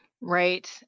Right